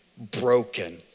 Broken